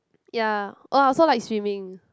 ya oh I also like swimming